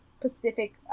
Pacific